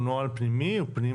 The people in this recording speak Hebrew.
הוא נוהל פנים רשותי?